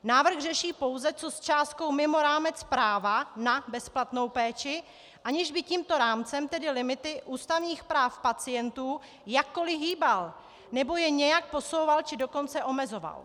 Návrh řeší pouze, co s částkou mimo rámec práva na bezplatnou péči, aniž by tímto rámcem, tedy limity ústavních práv pacientů, jakkoli hýbal nebo je nějak posouval, či dokonce omezoval.